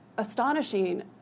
astonishing